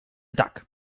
tak